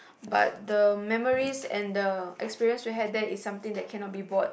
but the memories and the experience we had there is something that cannot be bought